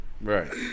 Right